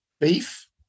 beef